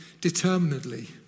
determinedly